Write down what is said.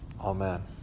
Amen